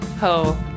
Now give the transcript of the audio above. ho